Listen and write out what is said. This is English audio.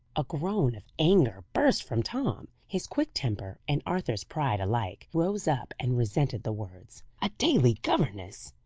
a groan of anger burst from tom. his quick temper, and arthur's pride, alike rose up and resented the words. a daily governess!